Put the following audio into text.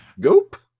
goop